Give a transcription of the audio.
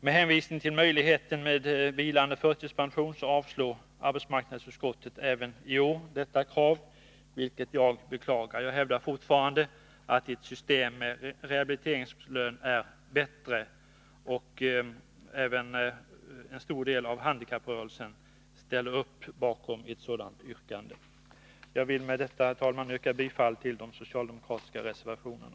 Med hänvisning till möjligheten till vilande förtidspension avstyrker arbetsmarknadsutskottet även i år detta krav, vilket jag beklagar. Jag hävdar fortfarande att ett system med rehabiliteringslön är bättre. Även en stor del av handikappsrörelsen ställer sig bakom ett sådant yrkande. Med detta, herr talman, vill jag yrka bifall till de socialdemokratiska reservationerna.